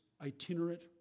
itinerant